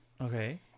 Okay